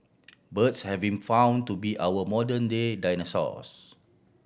birds have been found to be our modern day dinosaurs